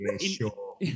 sure